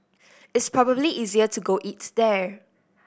it's probably easier to go eat there